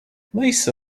lisa